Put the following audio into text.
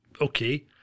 Okay